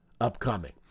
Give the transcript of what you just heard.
upcoming